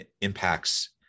Impacts